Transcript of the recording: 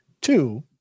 Two